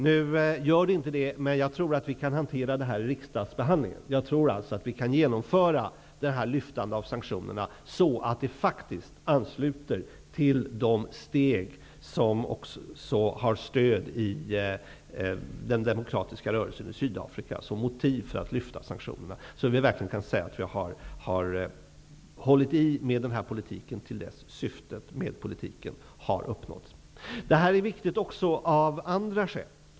Nu gör det inte det. Men jag tror att vi kan hantera detta i riksdagens behandling. Jag tror att vi kan genomföra ett lyftande av sanktionerna så att de faktiskt ansluter till de steg som har stöd i den demokratiska rörelsen i Sydafrika. Vi kan då verkligen säga att vi stått fast vid denna politik till dess syftena har uppnåtts. Det här är viktigt även av andra skäl.